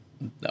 no